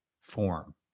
form